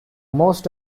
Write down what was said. most